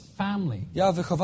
family